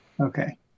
Okay